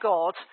God